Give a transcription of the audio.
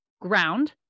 ground